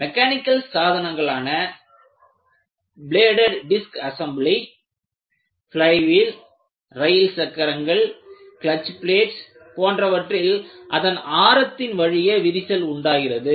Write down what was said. mechanical சாதனங்களான bladed வட்டு assembly flywheel rail சக்கரங்கள் கிளட்ச் பிளேட்ஸ் போன்றவற்றில் அதன் ஆரத்தின் வழியே விரிசல் உண்டாகிறது